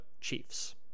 chiefs